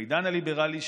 בעידן הליברלי,